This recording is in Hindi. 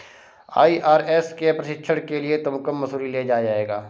आई.आर.एस के प्रशिक्षण के लिए तुमको मसूरी ले जाया जाएगा